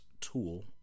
tool